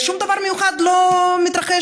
לחשוב